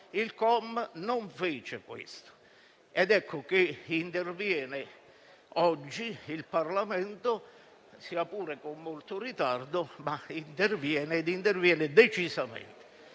Il COM non fece questo ed ecco che interviene oggi il Parlamento - sia pure con molto ritardo, ma interviene ed interviene decisamente